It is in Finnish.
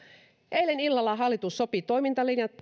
eilen illalla hallitus sopi toimintalinjasta